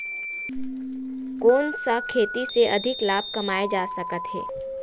कोन सा खेती से अधिक लाभ कमाय जा सकत हे?